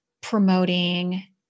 promoting